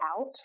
out